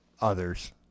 others